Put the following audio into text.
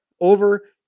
over